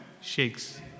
Shakes